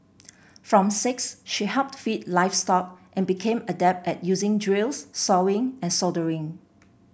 from six she helped feed livestock and became adept at using drills sawing and soldering